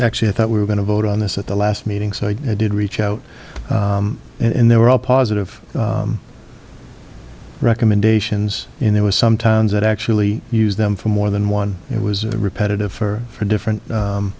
actually thought we were going to vote on this at the last meeting so i did reach out and there were all positive recommendations in there was some towns that actually use them for more than one it was repetitive for for different